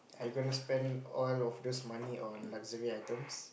are you gonna spend all of those money on luxury items